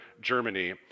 Germany